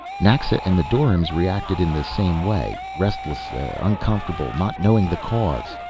naxa and the doryms reacted in the same way, restlessly uncomfortable, not knowing the cause.